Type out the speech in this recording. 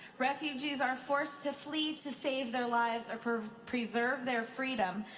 refugees are forced to flee to save their lives or preserve their freedom,